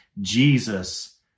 Jesus